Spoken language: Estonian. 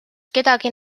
kedagi